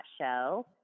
show